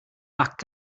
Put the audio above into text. back